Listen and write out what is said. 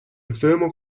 thermal